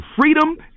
Freedom